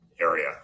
area